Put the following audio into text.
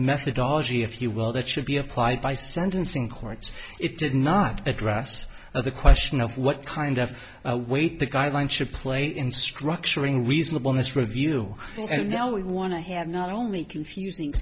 methodology if you will that should be applied by sentencing courts it did not address the question of what kind of weight the guideline should play in structuring reasonableness review and now we want to have not only confusing